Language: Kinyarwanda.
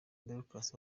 dorcas